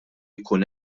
jkun